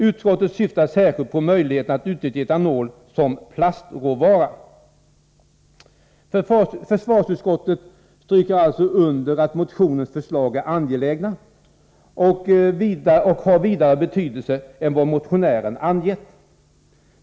Utskottet syftar särskilt på möjligheten att utnyttja etanol som plastråvara.” Försvarsutskottet stryker alltså under att motionens förslag är angelägna och att de har en vidare betydelse än vad motionären angett.